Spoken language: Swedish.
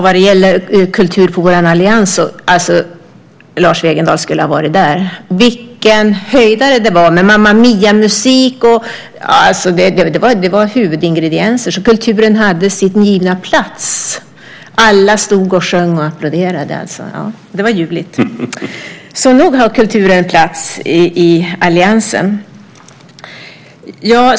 Vad gäller kultur på vår allians konvent skulle Lars Wegendal ha varit där! Vilken höjdare det var, med Mamma Mia-musik! Det var huvudingrediensen, så kulturen hade sin givna plats. Alla stod och sjöng och applåderade. Det var ljuvligt. Nog har kulturen plats i alliansen.